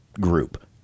group